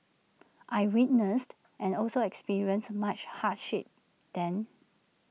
I witnessed and also experienced much hardship then